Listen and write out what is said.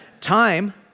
Time